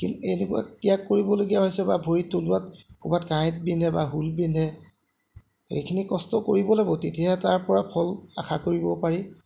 কিন এনেকুৱা ত্যাগ কৰিবলগীয়া হৈছে বা ভৰিৰ তলুৱাত ক'ৰবাত কাঁইট বিন্ধে বা হুল বিন্ধে এইখিনি কষ্ট কৰিব লাগিব তেতিয়াহে তাৰপৰা ফল আশা কৰিব পাৰি